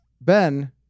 Ben